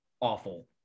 awful